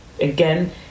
Again